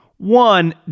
One